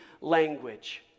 language